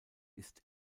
ist